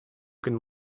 can